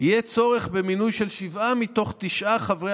יהיה צורך במינוי של שבעה מתוך תשעה חברי